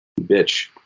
Bitch